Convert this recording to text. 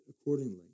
accordingly